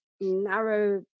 narrow